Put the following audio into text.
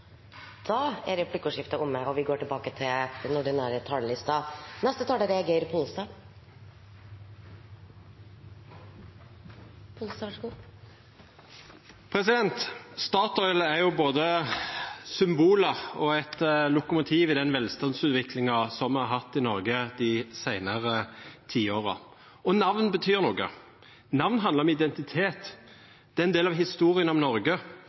Da er replikkordskiftet omme. De talere som heretter får ordet, har en taletid på inntil 3 minutter. Statoil er jo både symbolet på og eit lokomotiv i den velstandsutviklinga me har hatt i Noreg dei seinare tiåra. Og namn betyr noko, namn handlar om identitet, det er ein del av historia om Noreg,